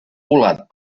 volat